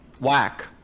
whack